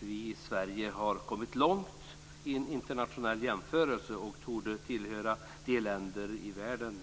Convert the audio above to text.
Vi i Sverige har kommit långt vid en internationell jämförelse och torde tillhöra de länder i världen